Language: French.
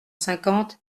cinquante